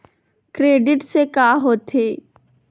Credit से का होथे?